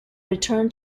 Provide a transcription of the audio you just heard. return